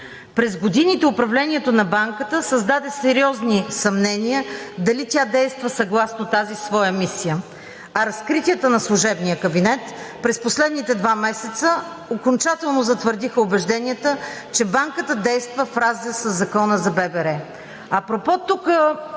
През годините управлението на банката създаде сериозни съмнения дали тя действа съгласно тази своя мисия, а разкритията на служебния кабинет през последните два месеца окончателно затвърдиха убежденията, че банката действа в разрез със Закона за ББР. Апропо тук